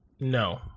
No